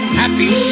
happy